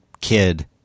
kid